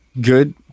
good